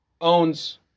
owns